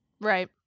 Right